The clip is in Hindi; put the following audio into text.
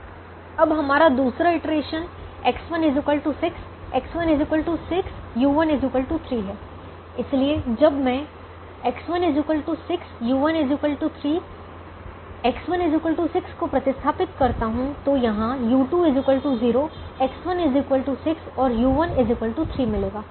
अब हमारा दूसरा इटरेशन X1 6 X1 6 u1 3 है इसलिए जब मैं X1 6 u1 3 X1 6 को प्रतिस्थापित करता हूं तो यहां u2 0 X1 6 और u1 3 मिलेगा